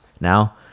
now